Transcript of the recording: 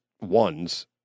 ones